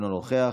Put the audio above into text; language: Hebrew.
אינו נוכח,